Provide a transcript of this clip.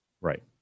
Right